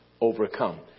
overcome